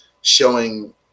showing